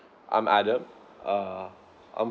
I'm adam err I'm